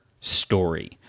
story